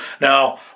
Now